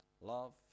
Love